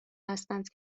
هستند